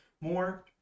more